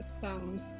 sound